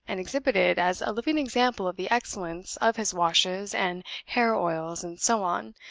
and exhibited, as a living example of the excellence of his washes and hair-oils and so on,